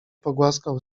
pogłaskał